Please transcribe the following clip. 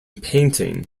painting